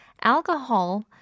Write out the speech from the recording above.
alcohol